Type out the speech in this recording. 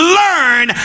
learn